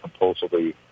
compulsively